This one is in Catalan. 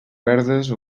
verdes